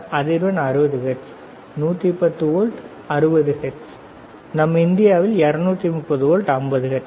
அதிர்வெண் 60 hertz 110 volt 60 hertz நம் இந்தியாவில் 230 வோல்ட் 50 ஹெர்ட்ஸ்